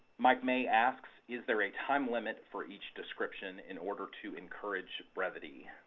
mike may asks, is there a time limit for each description in order to encourage brevity?